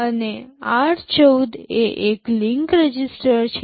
અને r14 એ એક લિંક રજિસ્ટર છે